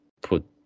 put